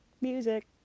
Music